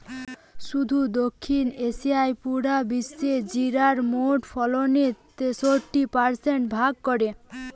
শুধু দক্ষিণ এশিয়াই পুরা বিশ্বের জিরার মোট ফলনের তেষট্টি পারসেন্ট ভাগ করে